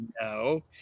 No